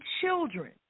children